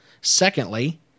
secondly